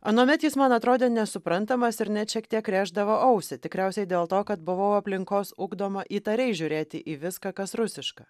anuomet jis man atrodė nesuprantamas ir net šiek tiek rėždavo ausį tikriausiai dėl to kad buvau aplinkos ugdoma įtariai žiūrėti į viską kas rusiška